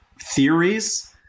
theories